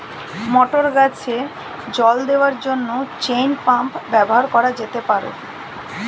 মটর গাছে জল দেওয়ার জন্য চেইন পাম্প ব্যবহার করা যেতে পার?